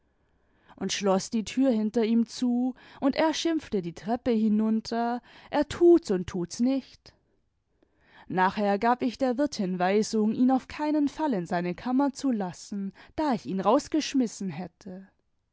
und schloß die tür hinter ihm zu imd er schimpfte die treppe hinunter er tut's und tut's nicht nachher gab ich der wirtin weisung ihn auf keinen fall in seine kammer zu lassen da ich ihn rausgeschmissen hätte